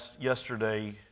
yesterday